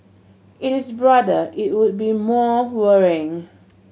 it is broader it would be more worrying